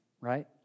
right